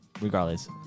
regardless